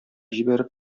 җибәреп